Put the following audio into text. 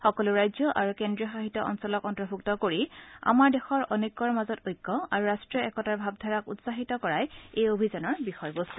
সকলো ৰাজ্য আৰু কেন্দ্ৰীয় শাসিত অঞ্চলক অন্তৰ্ভূক্ত কৰি আমাৰ দেশৰ অনৈক্যৰ মাজত ঐক্য আৰু ৰাষ্ট্ৰীয় একতাৰ ভাৱধাৰাক উৎসাহিত কৰাই এই অভিযানৰ বিষয়বস্তু